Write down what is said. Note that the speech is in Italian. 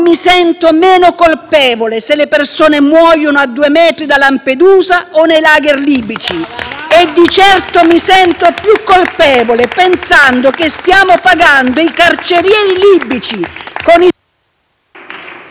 E di certo mi sento più colpevole pensando che stiamo pagando i carcerieri libici… *(Il microfono